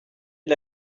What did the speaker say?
est